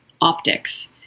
optics